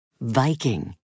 Viking